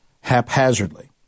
haphazardly